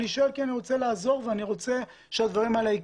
אני שואל כי אני רוצה לעזור ואני רוצה שהדברים האלה יקרו.